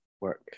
work